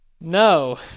No